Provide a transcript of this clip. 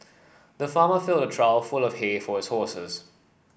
the farmer filled a trough full of hay for his horses